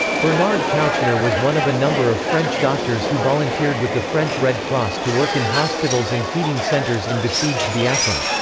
bernard kouchner was one of a number of french doctors who volunteered with the french red cross to work in hospitals and feeding centres in besieged biafra.